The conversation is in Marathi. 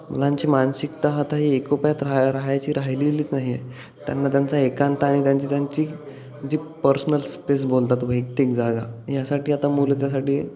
मुलांची मानसिकता आता ही एकोप्यात राह राहायची राहिलेली नाही आहे त्यांना त्यांचा एकांत आणि त्यांची त्यांची जी पर्सनल स्पेस बोलतात वैयक्तिक जागा यासाठी आता मुलं त्यासाठी